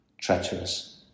Treacherous